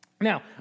Now